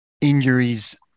injuries